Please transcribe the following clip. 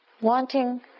wanting